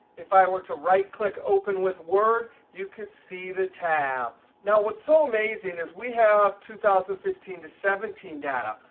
if i were to right click open with word, you could see the tabs. now what's so amazing is we have two thousand and fifteen to seventeen data.